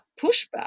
pushback